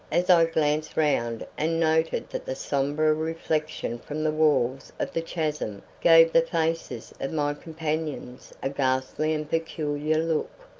as i glanced round and noted that the sombre reflection from the walls of the chasm gave the faces of my companions a ghastly and peculiar look.